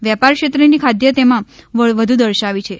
વેપારક્ષેત્રની ખાદ્ય તેમાં વધુ દર્શાવી છે